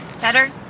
Better